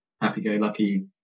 happy-go-lucky